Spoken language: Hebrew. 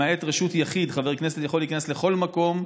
למעט רשות יחיד, חבר כנסת יכול להיכנס לכל מקום.